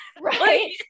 Right